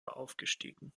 aufgestiegen